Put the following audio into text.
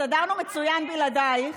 הסתדרנו מצוין בלעדייך.